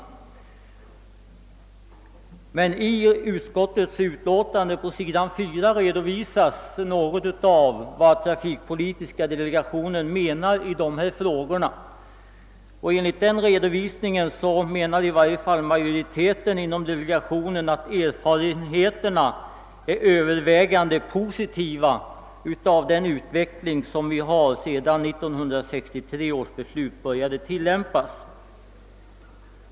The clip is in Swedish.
På s. 4 i utskottets utlåtande redovisas emellertid något av vad trafikpolitiska delegationen anser i dessa frågor, och enligt denna redovisning tycker i varje fall majoriteten att erfarenheterna är Öövervägande positiva av den utveckling som följt sedan 1963 års beslut börjat tillämpas.